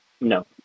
No